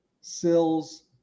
Sills